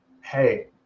hey